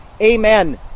amen